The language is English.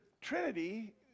Trinity